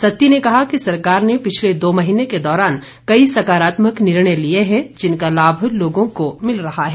सत्ती ने कहा कि सरकार ने पिछले दो महीने के दौरान कई सकारात्मक निर्णय लिए हैं जिनका लाभ लोगों को मिल रहा है